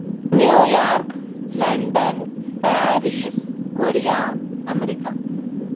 New York London Paris Korea America